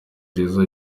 jizzo